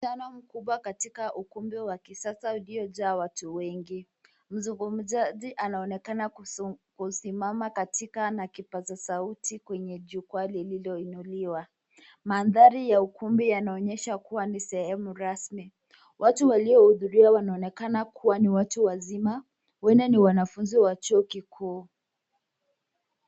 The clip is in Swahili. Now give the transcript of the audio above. Mkutano mkubwa katika ukumbi wa kisasa uliojaa watu wengi, mzungumzaji anaonekana kusimama katika na kipaza sauti kwenye jukwaa lililoinuliwa ,mandhari ya ukumbi yanaonyesha kuwa ni sehemu rasmi watu waliohudhuria wanaonekana kuwa ni watu wazima huenda ni mwanafunzi wa chuo kikuu.